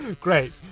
Great